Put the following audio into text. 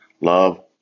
Love